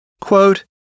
Quote